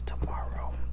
tomorrow